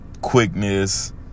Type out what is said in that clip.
quickness